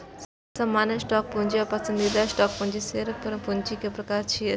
सामान्य स्टॉक पूंजी आ पसंदीदा स्टॉक पूंजी शेयर पूंजी के प्रकार छियै